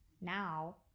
now